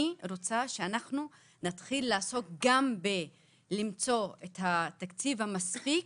אני רוצה שגם נמצא את התקציב המצחיק,